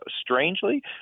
strangely